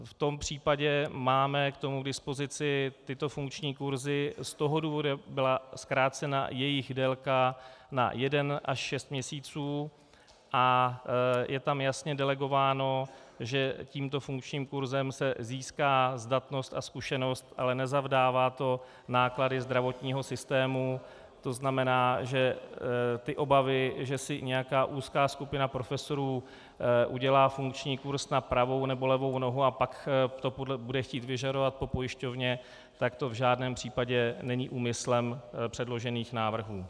V tom případě máme k tomu k dispozici tyto funkční kurzy, z toho důvodu byla zkrácena jejich délka na jeden až šest měsíců a je tam jasně delegováno, že tímto funkčním kurzem se získá zdatnost a zkušenost, ale nezavdává to náklady zdravotního systému, tzn., že ty obavy, že si nějaká úzká skupina profesorů udělá funkční kurz na pravou nebo levou nohu a pak to bude chtít vyžadovat po pojišťovně, tak to v žádném případě není úmyslem předložených návrhů.